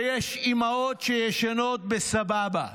ויש אימהות שישנות בסבבה.